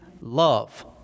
love